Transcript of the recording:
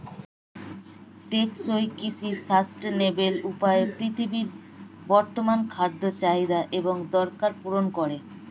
টেকসই কৃষি সাস্টেইনেবল উপায়ে পৃথিবীর বর্তমান খাদ্য চাহিদা এবং দরকার পূরণ করে